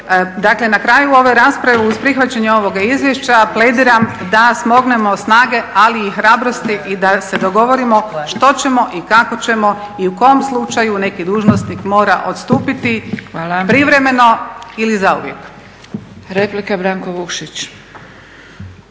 Dakle na kraju ove rasprave uz prihvaćanje ovoga izvješća plediram da smognemo snage ali i hrabrosti i da se dogovorimo što ćemo i kako ćemo i u kom slučaju neki dužnosnik mora odstupiti privremeno ili zauvijek. **Zgrebec,